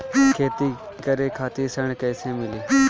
खेती करे खातिर ऋण कइसे मिली?